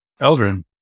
Eldrin